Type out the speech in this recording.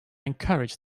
encouraged